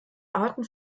arten